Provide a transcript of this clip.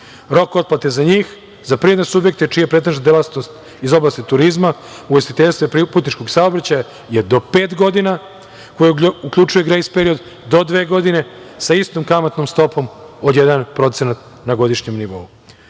Rok otplate za njih, za privredne subjekte čija je pretežno delatnost iz oblasti turizma, ugostiteljstva i putničkog saobraćaja je do pet godina, koji uključuje grejs period do dve godine, sa istom kamatnom stopom od 1% na godišnjem nivou.